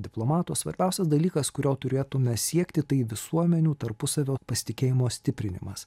diplomato svarbiausias dalykas kurio turėtume siekti tai visuomenių tarpusavio pasitikėjimo stiprinimas